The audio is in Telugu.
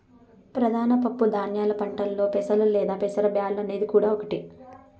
ప్రధాన పప్పు ధాన్యాల పంటలలో పెసలు లేదా పెసర బ్యాల్లు అనేది కూడా ఒకటి